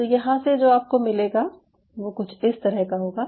तो यहाँ से जो आपको मिलेगा वो कुछ इस तरह का होगा